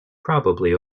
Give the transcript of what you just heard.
probably